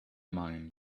mind